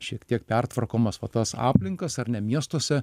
šiek tiek pertvarkomas va tas aplinkas ar ne miestuose